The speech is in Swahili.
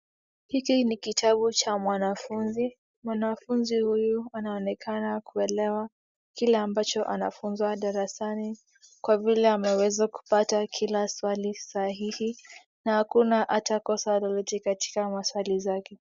Hiki ni kitabu cha mwanafunzi, mwanafunzi huyu anaonekana kuelewa kile ambacho anafunzwa darasani kwa vile ameweza kupata kila swali sahihi na hakuna ata kosa lolote katika maswali zake.